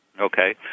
Okay